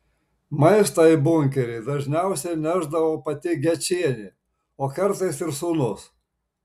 maistą į bunkerį dažniausiai nešdavo pati gečienė o kartais ir sūnus